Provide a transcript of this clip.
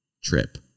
trip